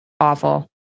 awful